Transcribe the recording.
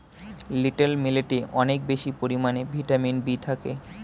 little মিলেটে অনেক বেশি পরিমাণে ভিটামিন বি থাকে